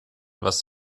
was